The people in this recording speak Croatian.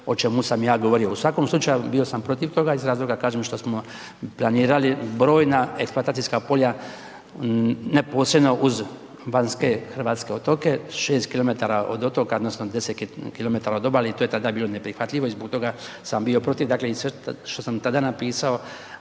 o čemu sam ja govorio. U svakom slučaju, bio sam toga iz razloga kažem, što smo planirali brojna eksploatacijska polja neposredno uz vanjske hrvatske otoke, 6 km od otoka odnosno 10 km od obale i to je tada bilo neprihvatljivo i zbog toga sam bio protiv, dakle i sve što sam tada napisao,